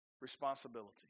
responsibility